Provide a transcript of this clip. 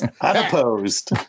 Unopposed